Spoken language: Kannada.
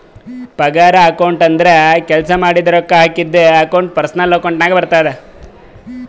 ಪಗಾರ ಅಕೌಂಟ್ ಅಂದುರ್ ಕೆಲ್ಸಾ ಮಾಡಿದುಕ ರೊಕ್ಕಾ ಹಾಕದ್ದು ಅಕೌಂಟ್ ಪರ್ಸನಲ್ ಅಕೌಂಟ್ ನಾಗೆ ಬರ್ತುದ